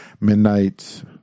Midnight